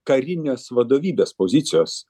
karinės vadovybės pozicijos